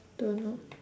don't know